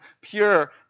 pure